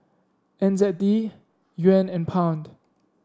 N Z D Yuan and Pound